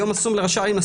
היום אסור לראשי ערים,